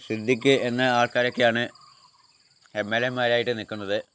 സിദ്ധിഖ് എന്ന ആൾക്കാരൊക്കെയാണ് എം എൽ എമാരായിട്ട് നിൽക്കുന്നത്